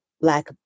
Black